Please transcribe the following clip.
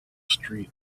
street